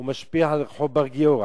הוא משפיע על רחוב בר-גיורא,